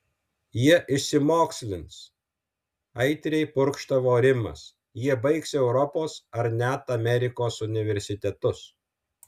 jie išsimokslins aitriai purkštavo rimas jie baigs europos ar net amerikos universitetus